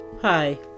Hi